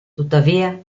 tuttavia